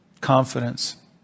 confidence